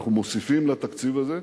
אנחנו מוסיפים לתקציב הזה,